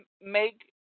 make